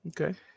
okay